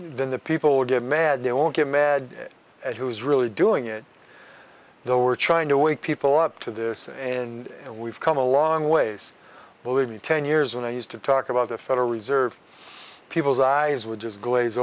then the people get mad they won't get mad at who is really doing it they were trying to wake people up to this and we've come a long ways believe me ten years when i used to talk about the federal reserve people's eyes which is glaze